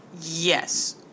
Yes